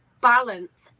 balance